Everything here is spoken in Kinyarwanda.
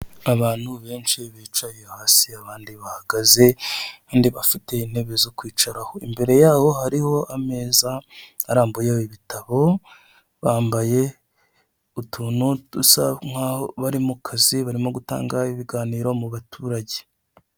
Abantu benshi bicaye hasi abandi bahagaze kandi bafite intebe zo kwicaraho, imbere yabo hariho ameza arambuyeho ibitabo, bambaye utuntu dusa nk'aho bari mu kazi barimo gutanga ibiganiro mu baturage.